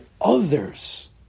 others